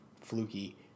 fluky